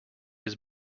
his